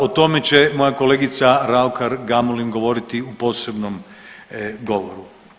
O tome će moja kolegica Raukar Gamulin govoriti u posebnom govoru.